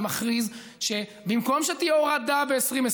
ומכריז שבמקום שתהיה הורדה ב-2020,